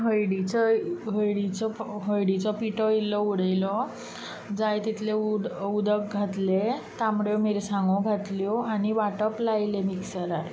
हळडीचो हळडीचो पा हळडीचो पिटो इल्लो उडयलो जाय तितलें उद उदक घातलें तांबड्यो मिरसांगो घातल्यो आनी वांटप लायलें मिक्सरार